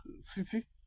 City